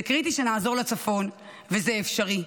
זה קריטי שנעזור לצפון וזה אפשרי.